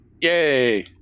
Yay